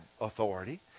authority